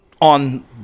On